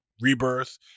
Rebirth